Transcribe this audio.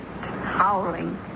howling